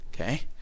okay